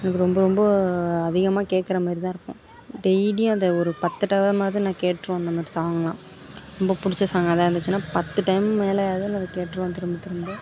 எனக்கு ரொம்ப ரொம்ப அதிகமாக கேட்கற மாதிரி தான் இருக்கும் டெய்லியும் அதை ஒரு பத்து டைம்மாவது நான் கேட்டிருவேன் அந்த மாதிரி சாங்கெலாம் ரொம்ப பிடிச்ச சாங் அதாக இருந்துச்சினால் பத்து டைம் மேலேயாவது அதை நான் கேட்டிருவேன் திரும்ப திரும்ப